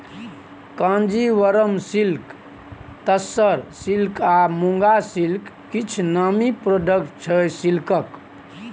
Kanjeevaram silk, tussar silk आ muga silk किछ नामी प्रोडक्ट छै सिल्कक